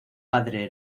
padre